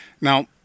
Now